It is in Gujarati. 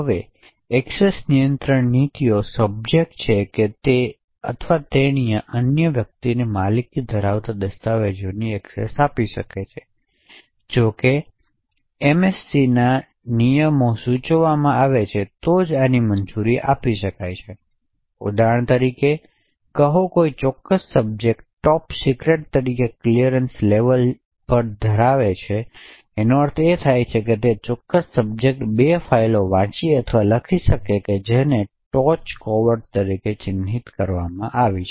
હવે એક્સેસ નિયંત્રણ નીતિઓ સબ્જેક્ટ છે કે તે અથવા તેણીએ અન્ય વ્યક્તિને માલિકી ધરાવતા દસ્તાવેજની એક્સેસ આપી શકે છે જો કે એમએસીના નિયમો સૂચવવામાં આવે તો જ આની મંજૂરી આપી શકાય તેથી ઉદાહરણ તરીકે કહો કે કોઈ ચોક્કસ સબ્જેક્ટ ટોપ સિક્રેટ તરીકે ક્લિયરન્સ લેવલ તેથી આનો અર્થ એ છે કે તે ચોક્કસ સબ્જેક્ટ બે ફાઇલોને વાંચી અથવા લખી શકે છે જેને ટોચ કોવેર્ટ તરીકે ચિહ્નિત કરવામાં આવી છે